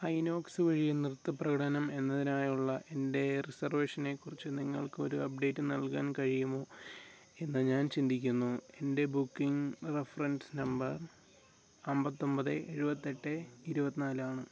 ഐനോക്സ് വഴി നൃത്ത പ്രകടനം എന്നതിനായുള്ള എൻ്റെ റിസർവേഷനെക്കുറിച്ച് നിങ്ങൾക്കൊരു അപ്ഡേറ്റ് നൽകാൻ കഴിയുമോ എന്ന് ഞാൻ ചിന്തിക്കുന്നു എൻ്റെ ബുക്കിംഗ് റഫറൻസ് നമ്പർ അമ്പത്തൊമ്പത് എഴുപത്തെട്ട് ഇരുപത്തിനാലാണ്